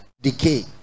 decay